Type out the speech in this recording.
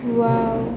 wow